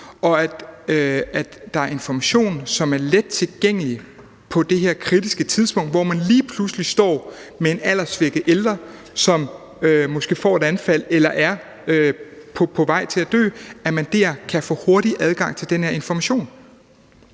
og at der er information, som er lettilgængelig på det her kritiske tidspunkt, hvor man lige pludselig står med en alderssvækket ældre, som måske får et anfald eller er på vej til at dø, altså at man dér kan få hurtig adgang til den her information,